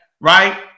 right